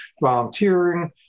volunteering